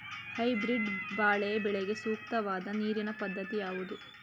Hybrid ಬಾಳೆ ಬೆಳೆಗೆ ಸೂಕ್ತವಾದ ನೀರಿನ ಪದ್ಧತಿ ಯಾವುದು?